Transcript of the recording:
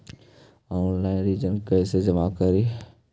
Online ऋण कैसे जमा करी?